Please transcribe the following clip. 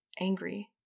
angry